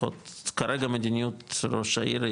לפחות כרגע מדיניות של ראשת העיר,